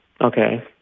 Okay